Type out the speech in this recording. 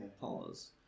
pause